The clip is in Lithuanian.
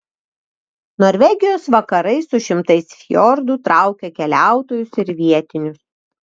norvegijos vakarai su šimtais fjordų traukia keliautojus ir vietinius